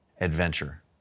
Adventure